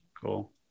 Cool